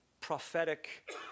prophetic